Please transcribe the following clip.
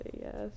yes